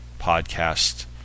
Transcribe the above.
podcast